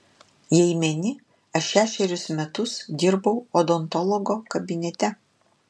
jei meni aš šešerius metus dirbau odontologo kabinete